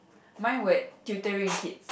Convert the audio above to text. mine would tutoring kids